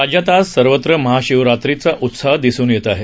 राज्यात आज सर्वत्र महाशिवरात्रीचा उत्साह दिसून येत आहे